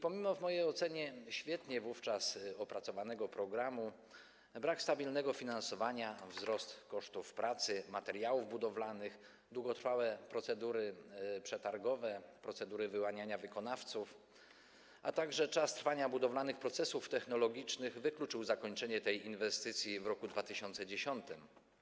Pomimo w mojej ocenie świetnie wówczas opracowanego programu, brak stabilnego finansowania, wzrost kosztów pracy i materiałów budowlanych, długotrwałe procedury przetargowe, procedury wyłaniania wykonawców, a także czas trwania budowlanych procesów technologicznych wykluczyły zakończenie tej inwestycji w roku 2010.